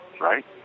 right